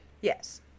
Yes